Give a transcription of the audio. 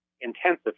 intensive